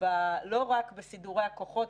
לא רק בסידורי הכוחות,